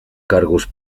cargos